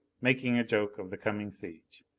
making a joke of the coming siege.